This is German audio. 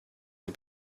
sie